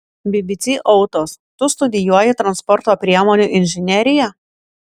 bbc autos tu studijuoji transporto priemonių inžineriją